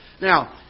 Now